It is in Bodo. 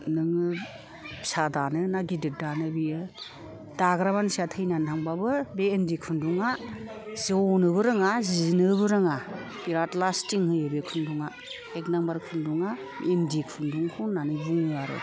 नोङो फिसा दानो ना गिदिर दानो बियो दाग्रा मानसिया थैना थांबाबो बे इन्दि खुन्दुङा जनोबो रोङा जिनोबो रोङा बिराथ लासटिं होयो बे खुन्दुङा एक नाम्बार खुन्दुङा इन्दि खुन्दुंखौ होननानै बुङो आरो